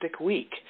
week